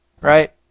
right